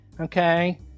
okay